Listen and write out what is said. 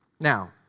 Now